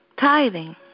tithing